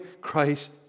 Christ